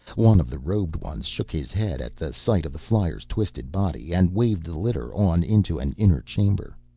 one of the robed ones shook his head at the sight of the flyer's twisted body and waved the litter on into an inner chamber.